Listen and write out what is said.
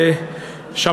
תודה רבה,